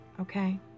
okay